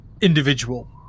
individual